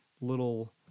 little